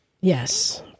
Yes